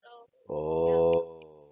oh